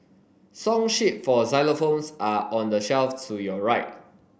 song sheet for xylophones are on the shelf to your right